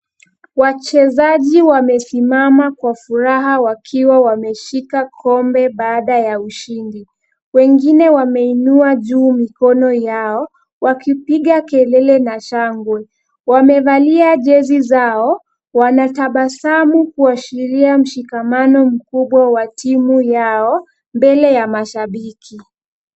Wachezaji wamesimama kwa furaha wakiwa wameshika kombe baada ya ushindi. Wengine wameinua juu mikono yao wakipiga kelele na shangwe. Wamevalia jezi zao. Wanatabasamu kuashiria mshikamano mkubwa wa timu yao mbele ya mashabiki.